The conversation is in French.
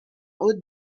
haute